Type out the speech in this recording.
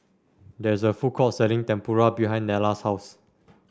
there is a food court selling Tempura behind Nella's house